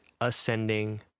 ascending